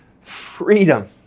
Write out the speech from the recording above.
freedom